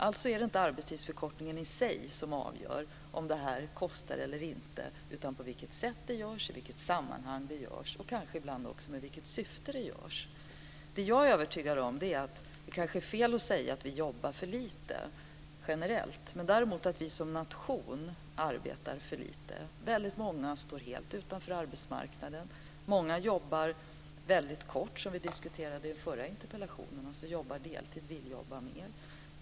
Alltså är det inte arbetstidsförkortningen i sig som avgör om detta kostar eller inte utan på vilket sätt det görs, i vilket sammanhang det görs och kanske ibland också i vilket syfte det görs. Det kanske är fel att säga att vi jobbar för lite generellt. Däremot är jag övertygad om att vi som nation arbetar för lite. Väldigt många står helt utanför arbetsmarknaden. Många jobbar väldigt kort, vilket vi diskuterade i den förra interpellationsdebatten, dvs. att man jobbar deltid men vill jobba mer.